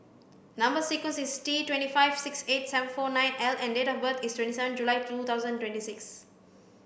number sequence is T twenty five six eight seven four nine L and date of birth is twenty seven July two thousand and twenty six